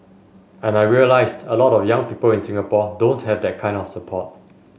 and I realised a lot of young people in Singapore don't have that kind of support